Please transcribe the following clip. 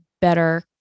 better